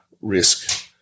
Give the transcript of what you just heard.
risk